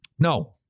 No